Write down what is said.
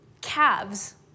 calves